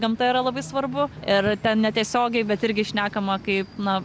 gamta yra labai svarbu ir ten netiesiogiai bet irgi šnekama kaip na